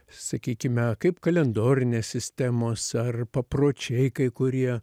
sakykime kaip kalendorinės sistemos ar papročiai kai kurie